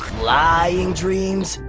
flying dreams,